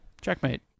Checkmate